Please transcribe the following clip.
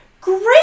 great